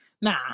nah